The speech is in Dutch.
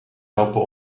helpen